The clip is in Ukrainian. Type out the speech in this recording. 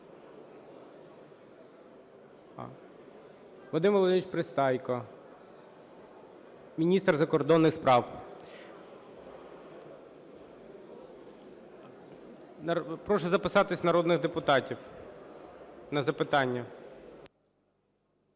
Вадим Володимирович Пристайко, міністр закордонних справ. Прошу записатися народних депутатів на запитання.